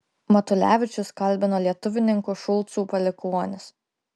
matulevičius kalbino lietuvininkų šulcų palikuonis